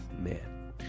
man